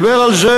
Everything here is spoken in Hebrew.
דיבר על זה